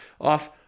off